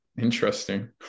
interesting